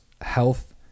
health